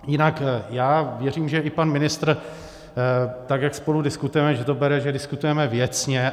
Jinak já věřím, že i pan ministr, tak jak spolu diskutujeme, to bere, že diskutujeme věcně.